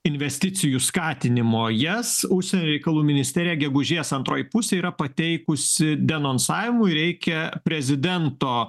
investicijų skatinimo jas užsienio reikalų ministerija gegužės antroj pusėj yra pateikusi denonsavimui reikia prezidento